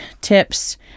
tips